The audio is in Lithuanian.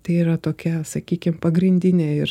tai yra tokia sakykim pagrindinė ir